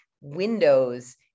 windows